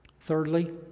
Thirdly